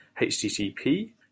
HTTP